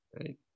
Right